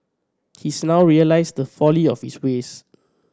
he's now realised the folly of his ways